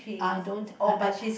I don't I I